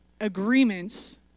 agreements